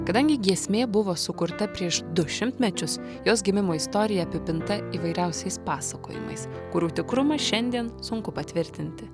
kadangi giesmė buvo sukurta prieš du šimtmečius jos gimimo istorija apipinta įvairiausiais pasakojimais kurių tikrumą šiandien sunku patvirtinti